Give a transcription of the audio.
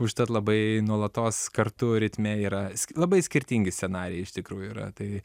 užtat labai nuolatos kartu ritme yra labai skirtingi scenarijai iš tikrųjų yra tai